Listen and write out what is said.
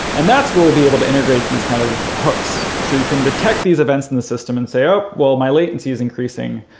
and that's where we'll be able to integrate these kind of hooks. so you can detect these events in the system and say, ah well, my latency is increasing,